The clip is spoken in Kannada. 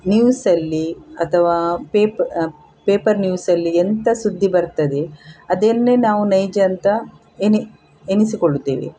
ನ್ಯೂಸಲ್ಲಿ ಅಥವಾ ಪೇಪ್ ಪೇಪರ್ ನ್ಯೂಸಲ್ಲಿ ಎಂತ ಸುದ್ದಿ ಬರ್ತದೆ ಅದೆನ್ನೇ ನಾವು ನೈಜ ಅಂತ ಎನಿ ಎನಿಸಿಕೊಳ್ಳುತ್ತೇವೆ